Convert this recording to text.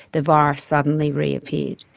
the virus suddenly reappeared.